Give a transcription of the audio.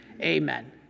Amen